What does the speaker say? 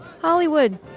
Hollywood